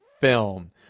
film